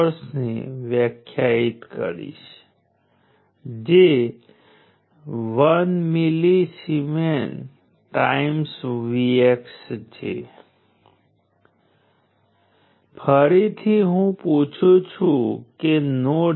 તેથી જો તમે પ્રથમ અને ત્રીજા ક્વોડ્રન્ટમાં છો તો તેનો અર્થ એ છે કે તમે પાવરને શોષી લો છો જે આપણે ઓપરેશનના અને એલિમેન્ટના પેસિવ મોડનો ઉલ્લેખ કરી રહ્યા છીએ જે ફક્ત પ્રથમ અને ત્રીજા ક્વોડ્રન્ટમાં છે તે આવશ્યકપણે પેસિવ એલિમેન્ટ છે